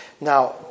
Now